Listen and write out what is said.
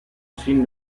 sin